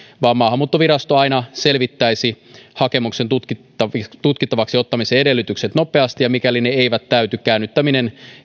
vaan maahanmuuttovirasto aina selvittäisi hakemuksen tutkittavaksi tutkittavaksi ottamisen edellytykset nopeasti ja mikäli ne eivät täyty käännyttämisen